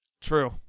True